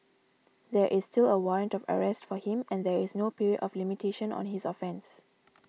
there is still a warrant of arrest for him and there is no period of limitation on his offence